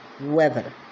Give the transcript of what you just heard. weather